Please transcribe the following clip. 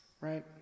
Right